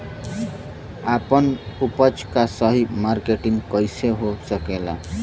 आपन उपज क सही मार्केटिंग कइसे हो सकेला?